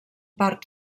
part